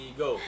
go